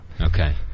Okay